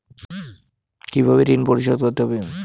কিভাবে ঋণ পরিশোধ করতে হবে?